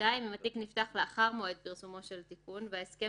אם התיק נפתח לאחר מועד פרסומו של תיקון מס' וההסכם